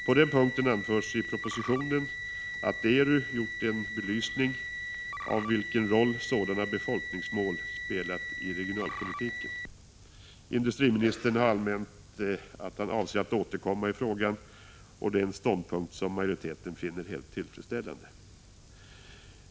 På den punkten anförs i propositionen att ERU har gjort en belysning av vilken roll sådana befolkningsmål spelat i regionalpolitiken. Industriministern har anmält att han avser att återkomma i frågan, och det är en ståndpunkt som majoriteten finner helt tillfredsställande.